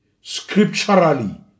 scripturally